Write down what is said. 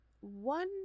One